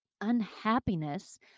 unhappiness